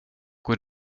går